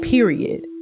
Period